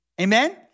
Amen